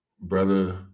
brother